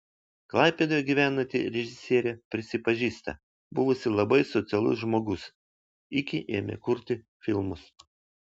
klaipėdoje gyvenanti režisierė prisipažįsta buvusi labai socialus žmogus iki ėmė kurti filmus